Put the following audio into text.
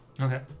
Okay